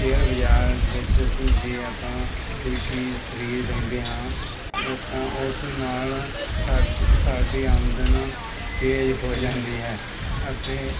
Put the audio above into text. share ਬਾਜ਼ਾਰ ਵਿੱਚ ਅਸੀਂ ਜੇ ਆਪਾਂ ਕੋਈ ਚੀਜ਼ ਖਰੀਦ ਲੈਂਦੇ ਹਾਂ ਤਾਂ ਉਸ ਨਾਲ ਸਾਡ ਸਾਡੀ ਆਮਦਨ ਤੇਜ਼ ਹੋ ਜਾਂਦੀ ਹੈ ਅਤੇ